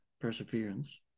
perseverance